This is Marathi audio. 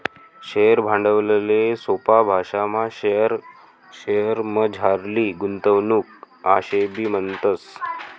शेअर भांडवलले सोपा भाशामा शेअरमझारली गुंतवणूक आशेबी म्हणतस